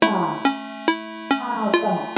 आ उत्तमं